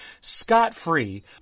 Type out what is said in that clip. scot-free